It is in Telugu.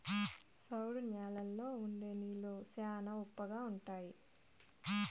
సౌడు న్యాలల్లో ఉండే నీళ్లు శ్యానా ఉప్పగా ఉంటాయి